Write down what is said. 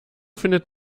findet